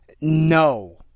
no